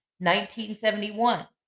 1971